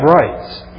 rights